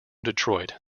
detroit